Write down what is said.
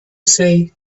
say